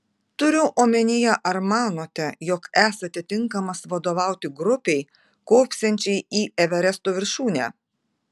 turiu omenyje ar manote jog esate tinkamas vadovauti grupei kopsiančiai į everesto viršūnę